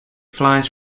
flies